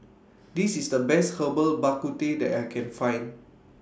This IS The Best Herbal Bak Ku Teh that I Can Find